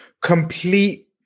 complete